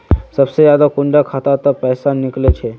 सबसे ज्यादा कुंडा खाता त पैसा निकले छे?